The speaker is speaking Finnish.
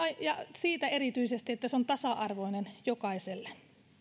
ja siitä erityisesti että se on tasa arvoinen jokaiselle